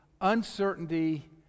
uncertainty